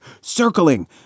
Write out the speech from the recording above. circling